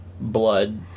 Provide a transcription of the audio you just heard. blood